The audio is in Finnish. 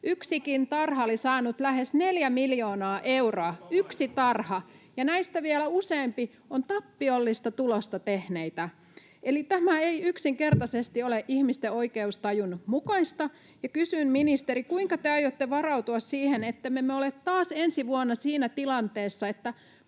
Yksikin tarha oli saanut lähes neljä miljoonaa euroa — yksi tarha — ja näistä vielä useampi on tappiollista tulosta tehneitä. Eli tämä ei yksinkertaisesti ole ihmisten oikeustajun mukaista. Kysyn, ministeri: kuinka te aiotte varautua siihen, ettemme me ole taas ensi vuonna siinä tilanteessa, että